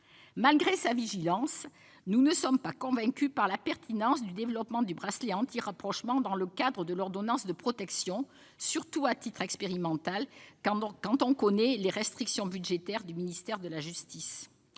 malgré sa vigilance, nous ne sommes pas convaincus de la pertinence du développement du recours au bracelet anti-rapprochement dans le cadre de l'ordonnance de protection, surtout à titre expérimental, compte tenu des restrictions budgétaires que connaît le ministère de la justice.